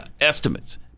estimates